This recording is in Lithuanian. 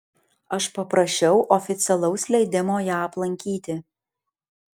aš paprašiau oficialaus leidimo ją aplankyti